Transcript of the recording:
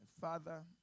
father